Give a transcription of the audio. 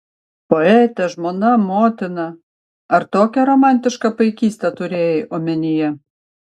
poetė žmona motina ar tokią romantišką paikystę turėjai omenyje